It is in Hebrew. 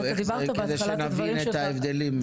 כדי שנבין את ההבדלים.